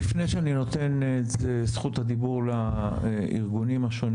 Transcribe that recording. לפני שאני נותן את זכות הדיבור לארגונים השונים